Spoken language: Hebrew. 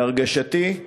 בהרגשתי,